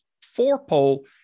four-pole